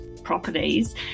properties